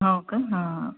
हो काय हां हां